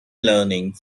learning